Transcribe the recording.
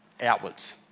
outwards